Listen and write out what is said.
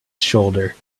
shoulder